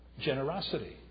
generosity